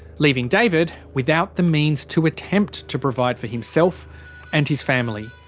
leaving david without the means to attempt to provide for himself and his family.